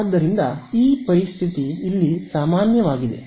ಆದ್ದರಿಂದ ಈ ಪರಿಸ್ಥಿತಿ ಇಲ್ಲಿ ಸಾಮಾನ್ಯವಾಗಿದೆ